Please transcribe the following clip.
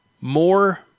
more